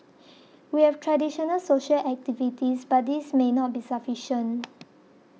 we have traditional social activities but these may not be sufficient